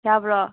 ꯌꯥꯕ꯭ꯔꯣ